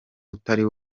utari